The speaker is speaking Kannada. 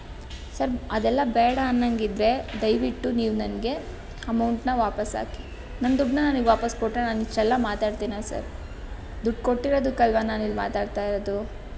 ಸರ್ ಅದೆಲ್ಲ ಬೇಡ ಅನ್ನಂಗಿದ್ರೆ ದಯವಿಟ್ಟು ನೀವು ನನಗೆ ಅಮೌಂಟನ್ನು ವಾಪಸ್ ಹಾಕಿ ನನ್ನ ದುಡ್ಡನ್ನ ನನಗೆ ವಾಪಸ್ ಕೊಟ್ಟರೆ ನಾನು ಇಷ್ಟೆಲ್ಲ ಮಾತಾಡ್ತೀನಾ ಸರ್ ದುಡ್ಡು ಕೊಟ್ಟಿರೋದಕ್ಕಲ್ವಾ ನಾನಿಲ್ಲಿ ಮಾತಾಡ್ತಾ ಇರೋದು